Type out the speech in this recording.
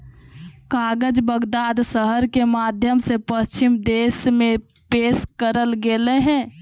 कागज बगदाद शहर के माध्यम से पश्चिम देश में पेश करल गेलय हइ